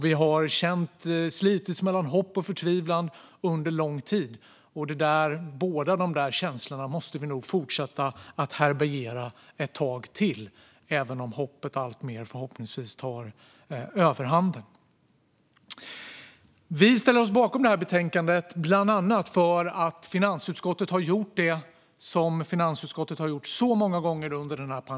Vi har slitits mellan hopp och förtvivlan under lång tid. Båda de känslorna måste vi nog fortsätta att härbärgera ett tag till, även om hoppet alltmer förhoppningsvis tar överhanden. Vi ställer oss bakom betänkandet bland annat för att finansutskottet har gjort det som finansutskottet har gjort så många gånger under pandemin.